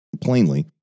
plainly